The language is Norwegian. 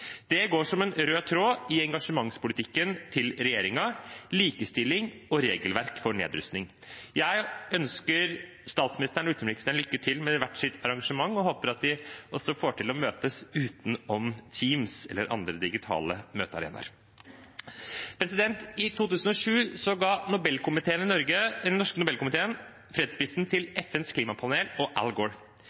Det går som en rød tråd i engasjementspolitikken til regjeringen – likestilling og regelverk for nedrustning. Jeg ønsker statsministeren og utenriksministeren lykke til med hvert sitt arrangement, og jeg håper at de også får til å møtes utenom Teams eller andre digitale møtearenaer. I 2007 ga Den Norske Nobelkomite fredsprisen til FNs klimapanel og